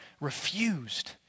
refused